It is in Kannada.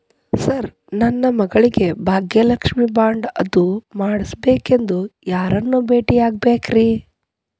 ಸರ್ ನನ್ನ ಮಗಳಿಗೆ ಭಾಗ್ಯಲಕ್ಷ್ಮಿ ಬಾಂಡ್ ಅದು ಮಾಡಿಸಬೇಕೆಂದು ಯಾರನ್ನ ಭೇಟಿಯಾಗಬೇಕ್ರಿ?